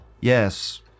Yes